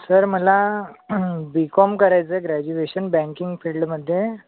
sir मला B Com करायचं आहे ग्रॅज्युएशन बँकिंग फिल्डमध्ये